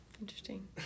Interesting